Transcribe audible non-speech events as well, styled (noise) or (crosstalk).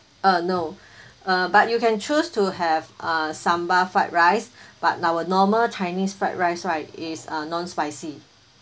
uh no (breath) uh but you can choose to have uh sambal fried rice but our normal chinese fried rice right it's uh non-spicy